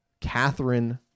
Catherine